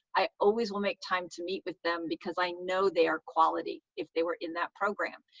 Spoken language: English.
i always will make time to meet with them because i know they are quality if they were in that program.